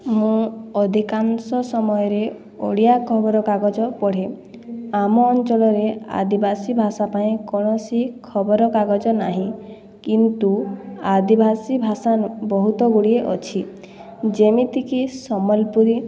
ମୁଁ ଅଧିକାଂଶ ସମୟରେ ଓଡ଼ିଆ ଖବରକାଗଜ ପଢ଼େ ଆମ ଅଞ୍ଚଳରେ ଆଦିବାସୀ ଭାଷା ପାଇଁ କୌଣସି ଖବରକାଗଜ ନାହିଁ କିନ୍ତୁ ଆଦିବାସୀ ଭାଷା ବହୁତଗୁଡ଼ିଏ ଅଛି ଯେମିତିକି ସମଲପୁରୀ